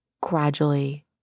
gradually